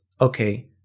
Okay